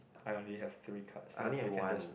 I only have three task left you can just